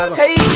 hey